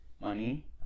money